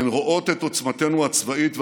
הן רואות את עוצמתנו הצבאית והמודיעינית,